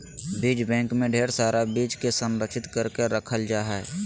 बीज बैंक मे ढेर सारा बीज के संरक्षित करके रखल जा हय